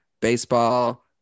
baseball